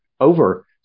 over